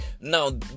Now